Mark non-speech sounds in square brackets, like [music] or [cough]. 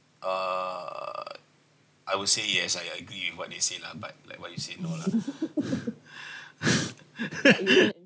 uh I would say yes I I agree with what they say lah but like what you say no lah [laughs]